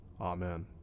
Amen